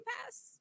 pass